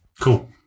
Cool